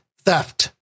theft